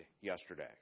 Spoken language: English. yesterday